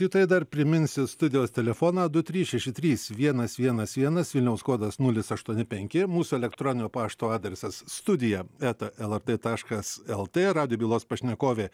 į tai dar priminsiu studijos telefonas du trys šeši trys vienas vienas vienas vilniaus kodas nulis aštuoni penki mūsų elektroninio pašto adresas studija eta lrt taškas lt radijo bylos pašnekovė